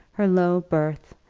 her low birth,